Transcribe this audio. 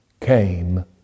came